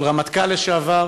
של רמטכ"ל לשעבר,